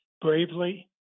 bravely